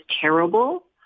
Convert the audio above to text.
terrible